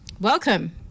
Welcome